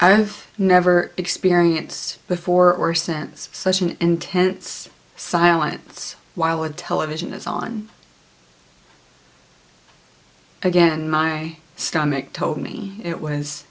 have never experienced before or since such an intense silence while with the television is on again my stomach told me it was